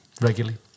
regularly